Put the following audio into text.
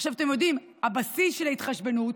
עכשיו, אתם יודעים, הבסיס של ההתחשבנות